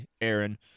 Aaron